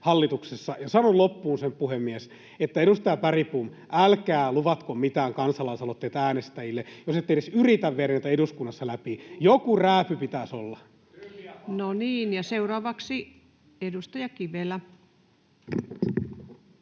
hallituksessa. Ja sanon loppuun sen, puhemies, että edustaja Bergbom, älkää luvatko mitään kansalaisaloitteita äänestäjille, jos ette edes yritä viedä niitä eduskunnassa läpi. Joku rääpy pitäisi olla. [Miko Bergbom: Tyhjä